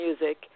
music